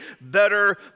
Better